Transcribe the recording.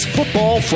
Football